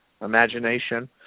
imagination